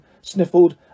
sniffled